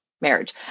marriage